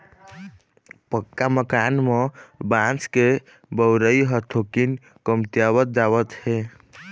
पक्का मकान म बांस के बउरई ह थोकिन कमतीयावत जावत हे